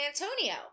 Antonio